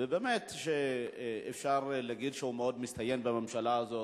שבאמת אפשר להגיד שהוא מאוד מצטיין בממשלה הזאת,